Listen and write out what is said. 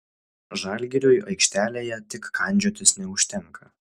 žalgiriui aikštelėje tik kandžiotis neužtenka